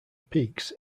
peaks